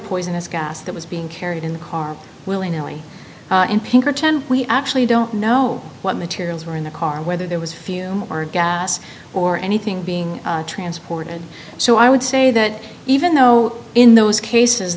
poisonous gas that was being carried in the car willingly in pinkerton we actually don't know what materials were in the car whether there was few or gas or anything being transported so i would say that even though in those cases